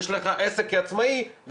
יש לך עסק כעצמאי,